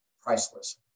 priceless